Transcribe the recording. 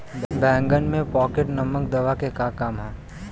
बैंगन में पॉकेट नामक दवा के का काम ह?